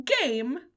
game